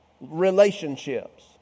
relationships